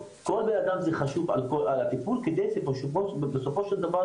כל בני האדם אחראים על הטיפול כדי שבסופו של דבר